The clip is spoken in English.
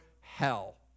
hell